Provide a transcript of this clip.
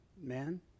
man